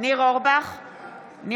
בשמות חברי הכנסת) יולי יואל אדלשטיין,